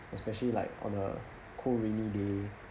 especially like on a cold rainy day